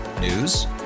News